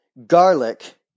garlic